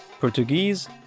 Portuguese